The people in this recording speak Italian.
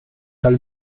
tal